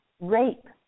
rape